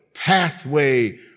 pathway